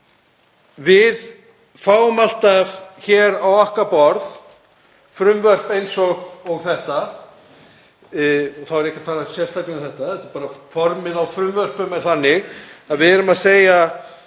Við fáum alltaf hér á okkar borð frumvörp eins og þetta, þá er ég ekki að tala sérstaklega um þetta heldur er formið á frumvörpum þannig að við erum að segja